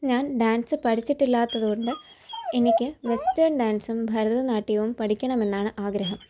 ഞാൻ ഡാൻസ് പഠിച്ചിട്ടില്ലാത്തതുകൊണ്ട് എനിക്ക് വെസ്റ്റേൺ ഡാൻസും ഭരതനാട്യവും പഠിക്കണമെന്നാണ് ആഗ്രഹം